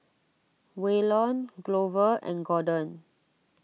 Waylon Glover and Gordon